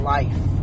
life